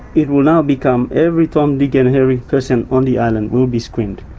it will now become every tom, dick and harry person on the island will be screened,